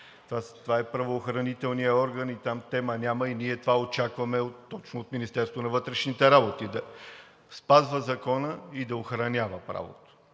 Това е правоохранителният орган и там тема няма, и ние очакваме точно това от Министерството на вътрешните работи – да спазва закона и да охранява правото.